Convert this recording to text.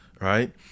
Right